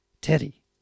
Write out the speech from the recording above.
Teddy